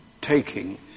taking